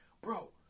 bro